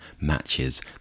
matches